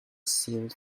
sealed